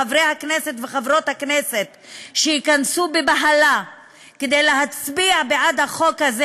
חברי הכנסת וחברות הכנסת שייכנסו בבהלה כדי להצביע בעד החוק הזה,